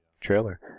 trailer